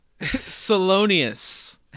Salonius